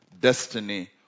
destiny